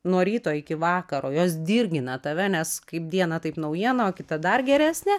nuo ryto iki vakaro jos dirgina tave nes kaip diena taip naujiena o kita dar geresnė